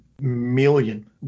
million